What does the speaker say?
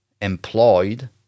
employed